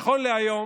נכון להיום